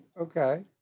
okay